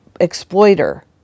exploiter